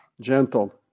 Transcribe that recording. gentle